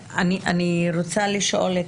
רוצה לשאול או את